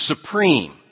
supreme